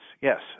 yes